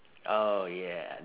oh yeah th~